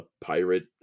pirate